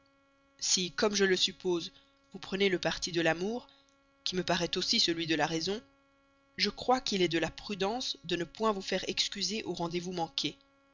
si comme je le suppose vous prenez le parti de l'amour qui me paraît aussi celui de la raison je crois qu'il est de la prudence de ne point vous faire excuser au rendez-vous manqué